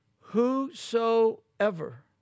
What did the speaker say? Whosoever